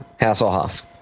Hasselhoff